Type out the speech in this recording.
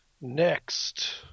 Next